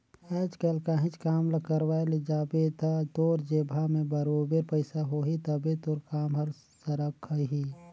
आएज काएल काहींच काम ल करवाए ले जाबे ता तोर जेबहा में बरोबेर पइसा होही तबे तोर काम हर सरकही